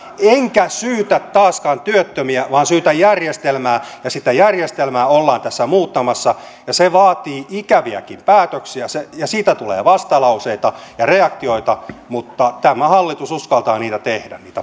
enkä syytä taaskaan työttömiä vaan syytän järjestelmää ja sitä järjestelmää ollaan tässä muuttamassa se vaatii ikäviäkin päätöksiä ja siitä tulee vastalauseita ja reaktioita mutta tämä hallitus uskaltaa niitä päätöksiä tehdä